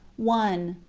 one.